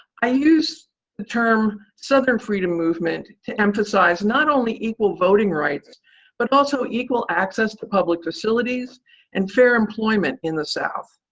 i use the term southern freedom movement to emphasize not only equal voting rights but also equal access to public facilities and fair employment in the south.